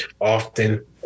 often